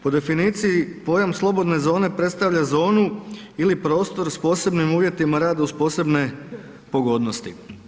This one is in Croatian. Po definiciji pojam slobodne zone predstavlja zonu ili prostor sa posebnim uvjetima rada uz posebne pogodnosti.